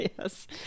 yes